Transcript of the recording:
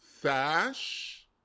Thash